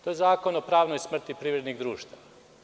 To je zakon o pravnoj smrti privrednih društava.